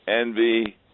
envy